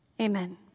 Amen